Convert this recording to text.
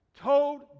told